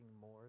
more